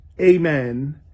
amen